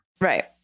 Right